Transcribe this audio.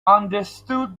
understood